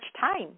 time